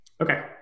okay